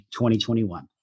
2021